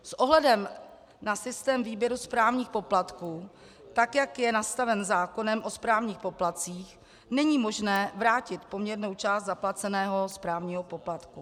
S ohledem na systém výběru správních poplatků, tak jak je nastaven zákonem o správních poplatcích, není možné vrátit poměrnou část zaplaceného správního poplatku.